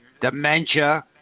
dementia